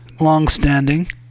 longstanding